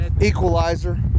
equalizer